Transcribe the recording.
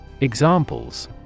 Examples